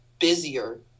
busier